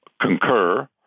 concur